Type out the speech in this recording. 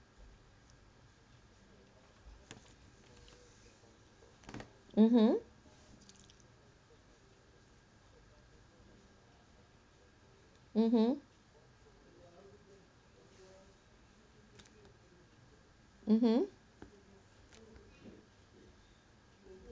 mmhmm mmhmm mmhmm